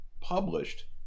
published